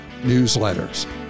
newsletters